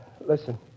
listen